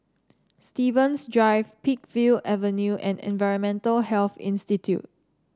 Stevens Drive Peakville Avenue and Environmental Health Institute